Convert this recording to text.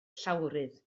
llawrydd